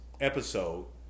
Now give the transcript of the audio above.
episode